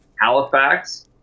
Halifax